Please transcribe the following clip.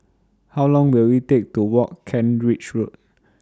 How Long Will IT Take to Walk Kent Ridge Road